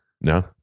No